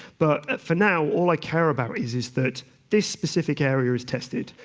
but for now, all i care about is is that this specific area is tested.